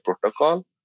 protocol